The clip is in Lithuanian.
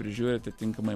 prižiūri atitinkamai